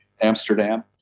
Amsterdam